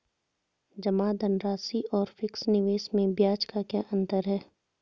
जमा धनराशि और फिक्स निवेश में ब्याज का क्या अंतर है?